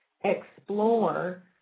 explore